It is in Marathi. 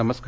नमस्कार